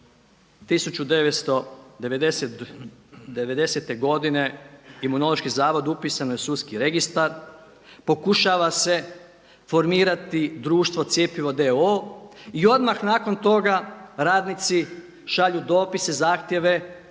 1990. godine Imunološki zavod upisan je u sudski registar. Pokušava se formirati društvo Cjepivo d.o.o. I odmah nakon toga radnici šalju dopise, zahtjeve